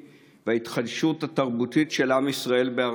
וההתחדשות התרבותית של עם ישראל בארצו,